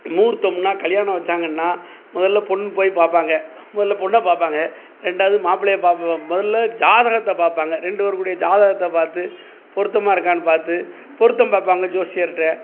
முகூர்த்தம்னா கல்யாணம் வச்சாங்கன்னா முதல்ல பொண்ணு போய் பார்ப்பாங்க முதல்ல பொண்ண பார்ப்பாங்க ரெண்டாவது மாப்பிள்ளையை பார்ப்போம் முதல்ல ஜாதகத்தை பார்ப்பாங்க ரெண்டு பேர் கூட ஜாதகத்தை பார்த்து பொருத்தமாக இருக்கான்னு பார்த்து பொருத்தம் பார்ப்பாங்க ஜோசியர்கிட்ட